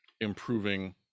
improving